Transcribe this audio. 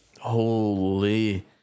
Holy